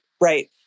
right